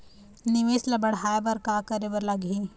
निवेश ला बढ़ाय बर का करे बर लगही?